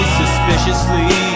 suspiciously